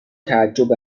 تعجب